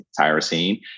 tyrosine